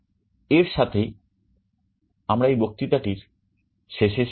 এর সাথেই আমরা এই বক্তৃতাটির শেষে এসে পড়েছি